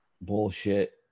bullshit